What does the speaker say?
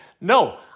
no